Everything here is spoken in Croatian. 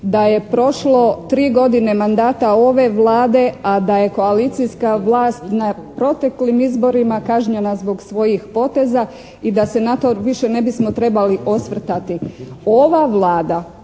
da je prošlo tri godine mandata ove Vlade, a da je koalicijska vlast na proteklim izborima kažnjena zbog svojih poteza i da se na to više ne bismo trebali osvrtati. Ova Vlada